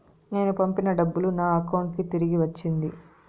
నేను పంపిన డబ్బులు నా అకౌంటు కి తిరిగి వచ్చింది